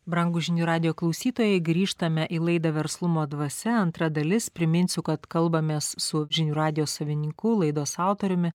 brangūs žinių radijo klausytojai grįžtame į laidą verslumo dvasia antra dalis priminsiu kad kalbamės su žinių radijo savininku laidos autoriumi